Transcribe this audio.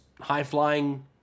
high-flying